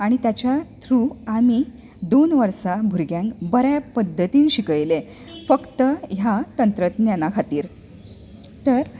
आनी तेच्या थ्रु आमी दोन वर्सा भुरग्यांक बऱ्या पद्दतीन शिकयलें फक्त ह्या तंत्रज्ञाना खातीर तर